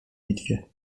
bitwie